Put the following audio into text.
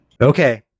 okay